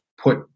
put